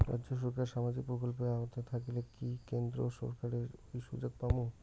রাজ্য সরকারের সামাজিক প্রকল্পের আওতায় থাকিলে কি কেন্দ্র সরকারের ওই সুযোগ পামু?